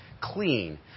clean